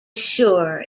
sure